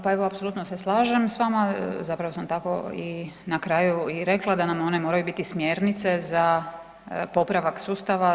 Pa evo apsolutno se slažem s vama, zapravo sam tako na kraju i rekla da nam one moraju biti smjernice za popravak sustava.